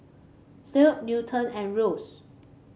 Kirt Newton and Rose